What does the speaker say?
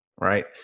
right